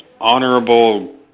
honorable